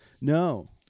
no